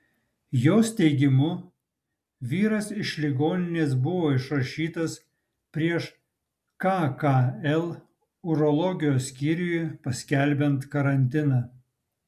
jos teigimu vyras iš ligoninės buvo išrašytas prieš kkl urologijos skyriuje paskelbiant karantiną